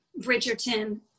bridgerton